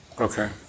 Okay